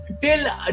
till